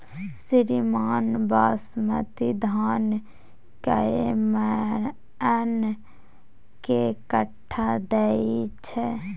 श्रीमान बासमती धान कैए मअन के कट्ठा दैय छैय?